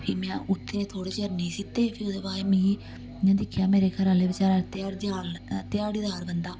फ्ही में उत्थै थोह्ड़े चिर नेईं सीते फ्ही ओह्दे बाद मिगी इ'यां दिक्खेआ मेरे घर आह्ले बेचारै ध्याड़ी धान ध्याड़ीदार बंदा